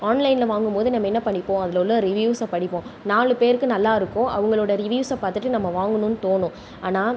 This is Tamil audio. ஆன்லைனில் வாங்கும்போது நம்ம என்ன பண்ணிப்போம் அதில் உள்ள ரிவ்யூஸை படிப்போம் நாலு பேருக்கு நல்லாயிருக்கும் அவங்களோட ரிவ்யூஸை பார்த்துட்டு நம்ம வாங்கனுன்னு தோணும் ஆனால்